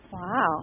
Wow